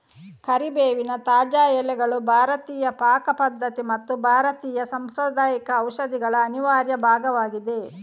ಕರಿಬೇವಿನ ತಾಜಾ ಎಲೆಗಳು ಭಾರತೀಯ ಪಾಕ ಪದ್ಧತಿ ಮತ್ತು ಭಾರತೀಯ ಸಾಂಪ್ರದಾಯಿಕ ಔಷಧಿಗಳ ಅನಿವಾರ್ಯ ಭಾಗವಾಗಿದೆ